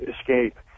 escape